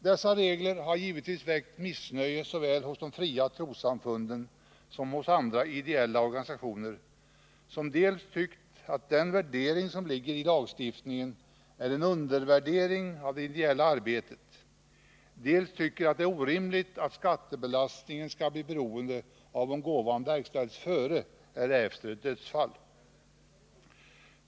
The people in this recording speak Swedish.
Dessa regler har givetvis väckt missnöje såväl bland de fria trossamfunden som bland andra ideella organisationer som dels tycker att den värdering som ligger i lagstiftningen är en undervärdering av det ideella arbetet, dels tycker att det är orimligt att skattebelastningen skall bli beroende av om gåvan lämnas före eller efter ett dödsfall.